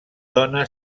dona